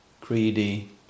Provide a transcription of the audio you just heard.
greedy